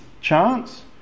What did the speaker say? chance